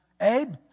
Abe